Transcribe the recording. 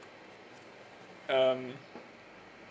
um